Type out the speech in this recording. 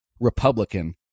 Republican